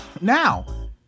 Now